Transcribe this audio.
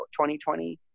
2020